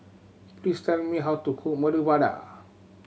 please tell me how to cook Medu Vada